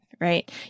right